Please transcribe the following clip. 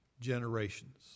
generations